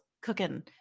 cooking